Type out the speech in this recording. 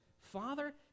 father